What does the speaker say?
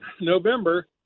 November